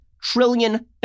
trillion